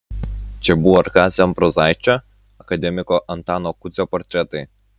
čia buvo ir kazio ambrozaičio akademiko antano kudzio portretai